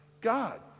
God